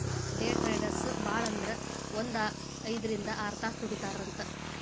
ಡೆ traders ಭಾಳಂದ್ರ ಒಂದ್ ಐದ್ರಿಂದ್ ಆರ್ತಾಸ್ ದುಡಿತಾರಂತ್